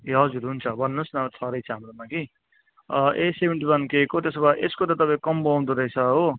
ए हजुर हुन्छ भन्नुहोस् न छ रहेछ हाम्रोमा कि ए सेभेन्टी वान के त्यसो भए यसको त तपाईँको कम्बो आउँदो रहेछ हो